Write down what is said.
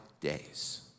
days